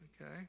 okay